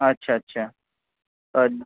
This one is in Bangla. আচ্ছা আচ্ছা তাই